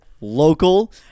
local